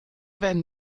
werden